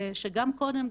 שגם קודם,